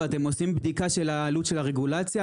אתם עושים בדיקה של העלות של הרגולציה?